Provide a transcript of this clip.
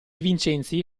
vincenzi